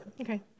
Okay